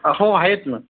अ हो आहेत ना